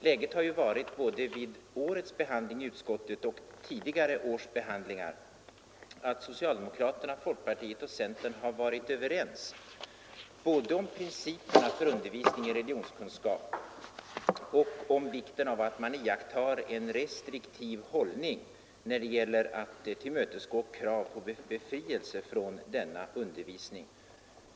Läget har — både vid årets behandling i utskottet och tidigare år — varit att socialdemokraterna, folkpartiet och centern har varit överens både om principerna för undervisning i religionskunskap och om vikten av att man iakttar en restriktiv hållning när det gäller att tillmötesgå krav på befrielse från denna undervisning.